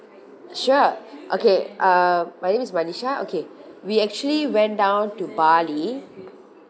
sure okay uh my name is manisha okay we actually went down to bali